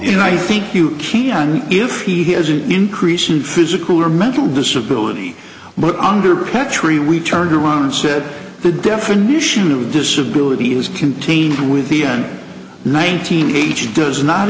in i think you can if he has an increase in physical or mental disability but under petry we turned around and said the definition of disability is contained with ian nineteen agent does not